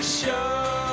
show